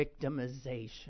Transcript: victimization